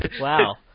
Wow